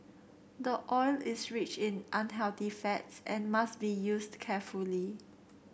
the oil is rich in unhealthy fats and must be used carefully